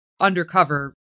undercover